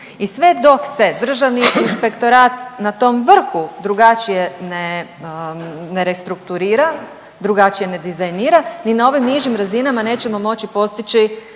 I sve dok se Državni inspektorat na tom vrhu drugačije ne restrukturira, drugačije ne dizajnira ni na ovim nižim razinama nećemo moći postići